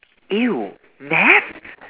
!eww! nest